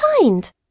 kind